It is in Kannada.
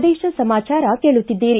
ಪ್ರದೇಶ ಸಮಾಚಾರ ಕೇಳುತ್ತಿದ್ದೀರಿ